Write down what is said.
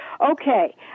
okay